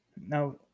Now